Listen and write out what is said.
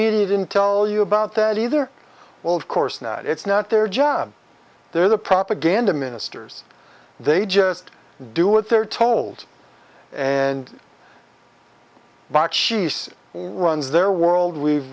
media didn't tell you about that either well of course not it's not their job they're the propaganda ministers they just do what they're told and by cheese runs their world we've